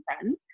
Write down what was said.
friends